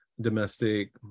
domestic